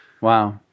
Wow